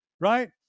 right